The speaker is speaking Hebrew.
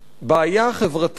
בעיה חברתית,